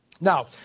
Now